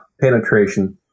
penetration